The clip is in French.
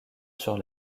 sur